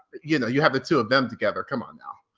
you know, you have the two of them together, come on now.